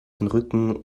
rücken